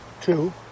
two